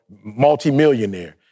multimillionaire